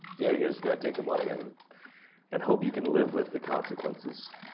yeah you're just gonna take the money and and hope you can live with the consequences.